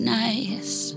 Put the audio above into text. nice